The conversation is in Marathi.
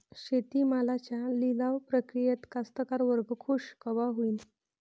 शेती मालाच्या लिलाव प्रक्रियेत कास्तकार वर्ग खूष कवा होईन?